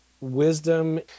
wisdom